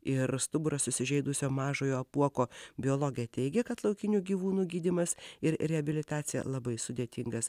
ir stuburą susižeidusio mažojo apuoko biologai teigia kad laukinių gyvūnų gydymas ir reabilitacija labai sudėtingas